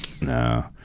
No